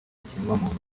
ikiremwamuntu